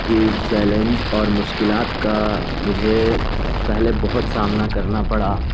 کی چیلنج اور مشکلات کا مجھے پہلے بہت سامنا کرنا پڑا